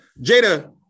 Jada